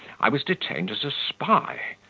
i was detained as a spy,